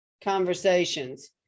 conversations